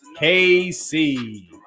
KC